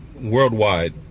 worldwide